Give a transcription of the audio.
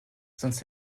sonst